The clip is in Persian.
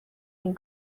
این